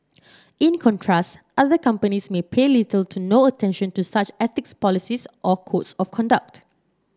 in contrast other companies may pay little to no attention to such ethics policies or codes of conduct